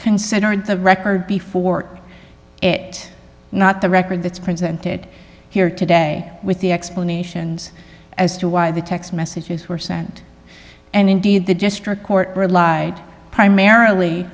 considered the record before it not the record that's presented here today with the explanations as to why the text messages were sent and indeed the district court relied primarily